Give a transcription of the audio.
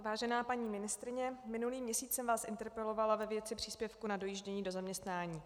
Vážená paní ministryně, minulý měsíc jsem vás interpelovala ve věci příspěvku na dojíždění do zaměstnání.